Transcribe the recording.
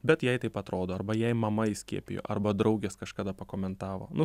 bet jai taip atrodo arba jai mama įskiepijo arba draugės kažkada pakomentavo nu